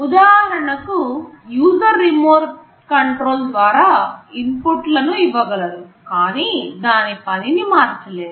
ఉదాహరణకు user remote control ద్వారా input లను ఇవ్వగలరు కానీ దాని పనిని మార్చలేరు